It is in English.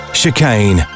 Chicane